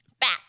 Back